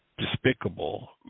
despicable